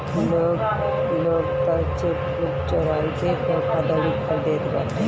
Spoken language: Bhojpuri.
लोग तअ चेकबुक चोराई के धोखाधड़ी कर देत बाटे